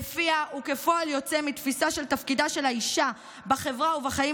שלפיה וכפועל יוצא מתפיסה של תפקידה של האישה בחברה ובחיים